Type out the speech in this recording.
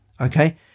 okay